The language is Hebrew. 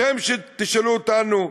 אתם תשאלו אותנו: